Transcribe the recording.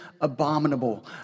abominable